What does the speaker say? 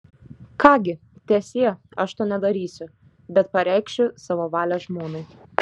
ką gi teesie aš to nedarysiu bet pareikšiu savo valią žmonai